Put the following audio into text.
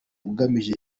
ugamije